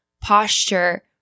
posture